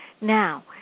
Now